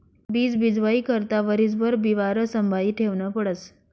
बीज बीजवाई करता वरीसभर बिवारं संभायी ठेवनं पडस